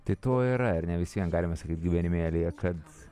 tai to yra ar ne vis vien galima sakyt gyvenimėlyje kad